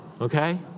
okay